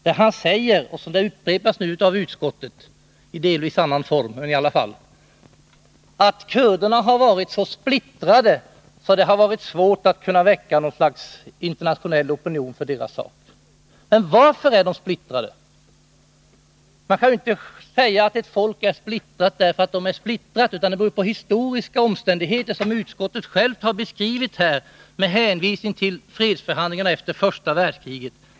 Där sade han — och det upprepas nu av utskottet, delvis i annan form — att kurderna har varit så splittrade att det varit svårt att kunna väcka något slags internationell opinion för deras sak. Men varför är de splittrade? Man kan inte säga att ett folk är splittrat därför att det är splittrat, utan det beror på historiska omständigheter, som utskottet självt har beskrivit med hänvisning till fredsförhandlingarna efter första världskriget.